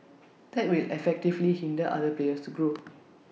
that will effectively hinder other players to grow